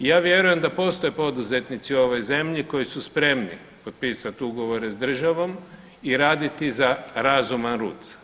I ja vjerujem da postoje poduzetnici u ovoj zemlji koji su spremni potpisati ugovore sa državom i raditi za razuman ruc.